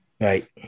Right